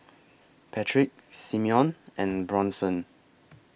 Patrick Simeon and Bronson